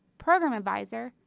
program advisor,